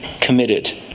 committed